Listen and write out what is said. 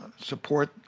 support